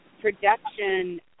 production